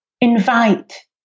invite